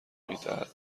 میدهد